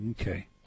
Okay